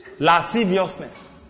Lasciviousness